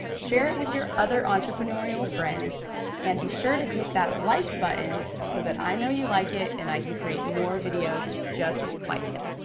share it with your other entrepreneurial friends and be sure to hit that like button so that i know you like it and i can create more videos just like it.